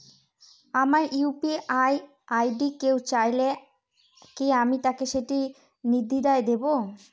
আমার UPI ID কেউ চাইলে কি আমি তাকে সেটি নির্দ্বিধায় দেব?